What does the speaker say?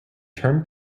term